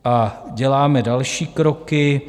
A děláme další kroky.